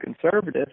conservative